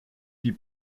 die